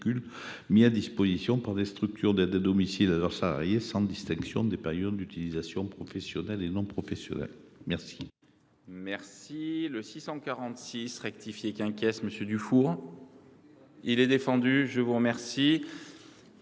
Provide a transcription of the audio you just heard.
mis à disposition par les structures d’aide à domicile à leurs salariés, sans distinction entre les périodes d’utilisation professionnelles et non professionnelles.